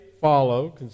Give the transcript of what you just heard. follow